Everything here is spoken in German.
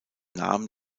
namen